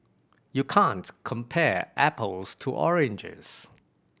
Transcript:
you can't compare apples to oranges